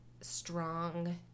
strong